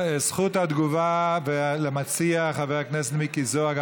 זכות התגובה למציע, חבר הכנסת מיקי זוהר.